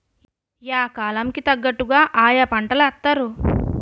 yeah కాలం కి తగ్గట్టుగా ఆయా పంటలేత్తారు